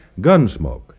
Gunsmoke